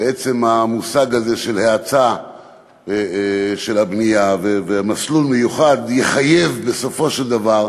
עצם המושג הזה של האצת הבנייה ומסלול מיוחד יחייב בסופו של דבר,